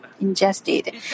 ingested